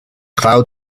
cloud